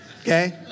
Okay